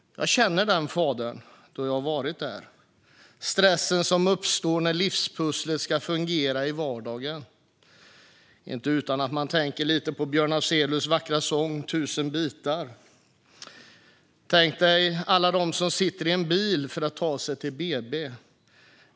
Jag känner den fadern, då jag har varit där och känt den stress som uppstår när livspusslet ska fungera i vardagen. Det är inte utan att man tänker lite på Björn Afzelius vackra sång Tusen bitar . Tänk dig alla de som sitter i en bil för att ta sig till BB!